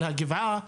על הגבעה,